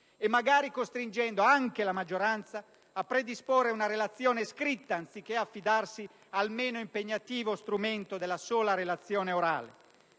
e magari costringendo anche la maggioranza a predisporre una relazione scritta, anziché affidarsi al meno impegnativo strumento della sola relazione orale.